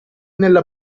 nella